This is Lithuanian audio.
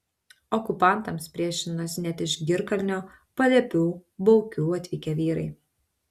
okupantams priešinosi net iš girkalnio paliepių baukių atvykę vyrai